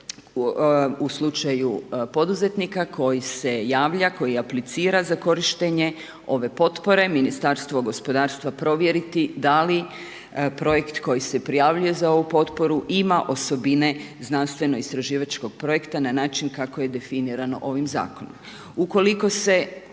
u slučaju poduzetnika koji se javlja, koji aplicira za korištenje ove potpore, Ministarstvo gospodarstva provjeriti da li projekt koji se prijavljuje za ovu potporu, ima osobine znanstveno istraživačkog projekta na način kako je definirano ovim zakonom. Ukoliko se